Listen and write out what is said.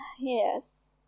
Yes